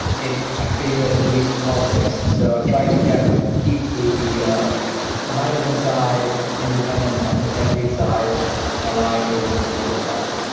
i feel it relates to politics. and so i've tried to keep keep the the management side independent of the tech lead side and allowing for growth on both sides.